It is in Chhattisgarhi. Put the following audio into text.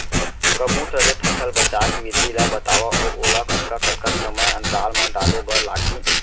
गौमूत्र ले फसल बचाए के विधि ला बतावव अऊ ओला कतका कतका समय अंतराल मा डाले बर लागही?